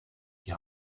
die